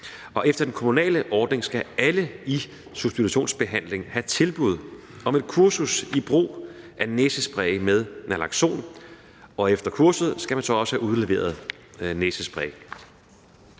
Efter den kommunale ordning skal alle i substitutionsbehandling have tilbud om et kursus i brug af næsespray med naloxon, og efter kurset skal man så også have udleveret næsespray.